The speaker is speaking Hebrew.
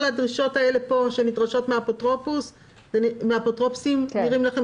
כל הדרישות שנדרשות כאן מן האפוטרופוסים נראות לכם